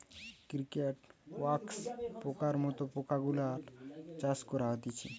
cricket, wax পোকার মত পোকা গুলার চাষ করা হতিছে